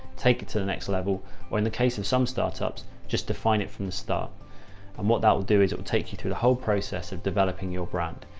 take it to the next level or in the case of some startups, just define it from the start. and what that will do is it will take you through the whole process of developing your brand.